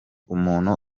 umuntu